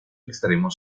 extremo